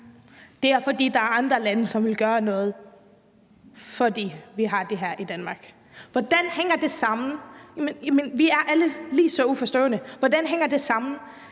Det er, fordi der er andre lande, som vil gøre noget, fordi vi har det her i Danmark. Hvordan hænger det sammen? Vi er alle lige uforstående. Hvordan hænger det sammen,